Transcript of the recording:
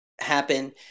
happen